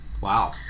Wow